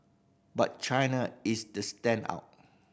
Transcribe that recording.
but China is the standout